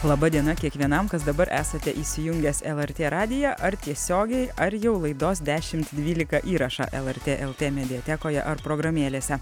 laba diena kiekvienam kas dabar esate įsijungęs lrt radiją ar tiesiogiai ar jau laidos dešimt dvylika įrašą lrt lt mediatekoje ar programėlėse